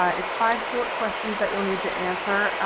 ah it's five short questions that you'll need to answer.